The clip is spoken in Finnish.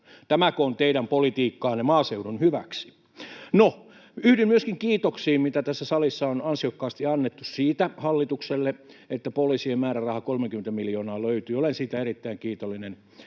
tämäkö on teidän politiikkaanne maaseudun hyväksi? No, yhdyn myöskin kiitoksiin, mitä tässä salissa on ansiokkaasti annettu hallitukselle siitä, että poliisien määräraha, 30 miljoonaa, löytyy. Olen siitä erittäin kiitollinen.